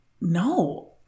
no